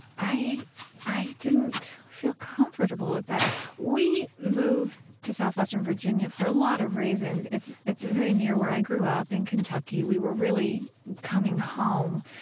i i didn't feel comfortable with that we moved to southwestern virginia for a lot of reasons. it's it's very near where i grew up in kentucky. we were really coming home.